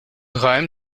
ruim